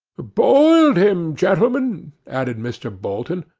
boiled him, gentlemen added mr. bolton,